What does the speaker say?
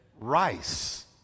Rice